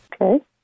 Okay